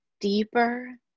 deeper